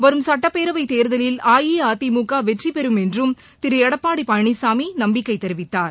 வரும் சட்டப்பேரவைத் தேர்தலில் அஇஅதிமுக வெற்றிபெறும் என்றும் திரு எடப்பாடி பழனிசாமி நம்பிக்கை தெரிவித்தார்